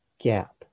gap